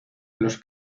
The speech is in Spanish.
los